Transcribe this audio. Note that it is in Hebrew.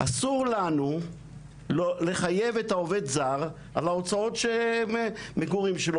אסור לנו לחייב את העובד הזר על הוצאות המגורים שלו,